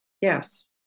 Yes